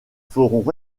feront